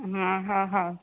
ହଁ ହଁ ହେଉ